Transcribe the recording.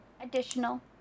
Additional